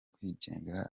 kwigendera